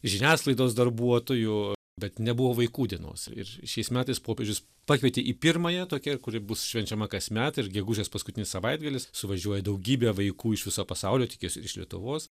žiniasklaidos darbuotojų bet nebuvo vaikų dienos ir šiais metais popiežius pakvietė į pirmąją tokią kuri bus švenčiama kasmet ir gegužės paskutinis savaitgalis suvažiuoja daugybė vaikų iš viso pasaulio tikiuos ir iš lietuvos